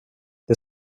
det